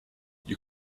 you